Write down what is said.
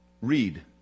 Read